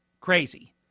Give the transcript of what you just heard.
crazy